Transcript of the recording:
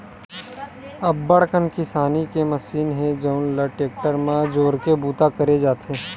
अब्बड़ कन किसानी के मसीन हे जउन ल टेक्टर म जोरके बूता करे जाथे